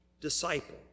disciple